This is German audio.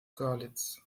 görlitz